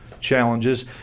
challenges